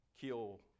kill